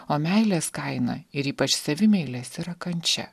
o meilės kaina ir ypač savimeilės yra kančia